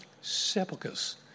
sepulchres